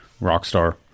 Rockstar